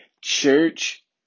church